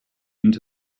into